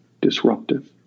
disruptive